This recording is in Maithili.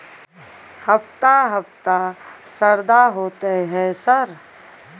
हफ्ता हफ्ता शरदा होतय है सर?